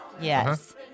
Yes